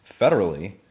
Federally